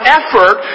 effort